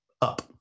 up